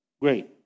great